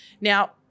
Now